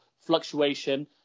fluctuation